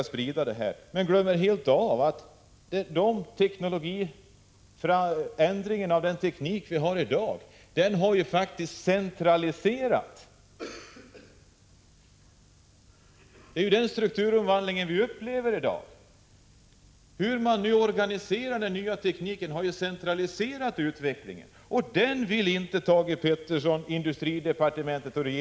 De glömmer helt att förändringarna av dagens teknik innebär en centralisering — det är den strukturomvandling som vi upplever i dag. Det sätt på vilket den nya tekniken har organiserats har centraliserat utvecklingen, och det vill inte Thage Peterson, industridepartementet och Prot.